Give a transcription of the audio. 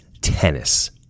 tennis